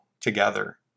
together